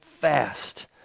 fast